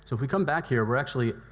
so if we come back here, we're actually